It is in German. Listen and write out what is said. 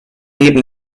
neben